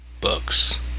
books